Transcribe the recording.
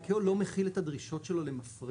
ה-ICAO לא מכיל את הדרישות שלו למפרע.